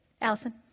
Allison